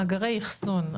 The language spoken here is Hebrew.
מאגרי אחסון,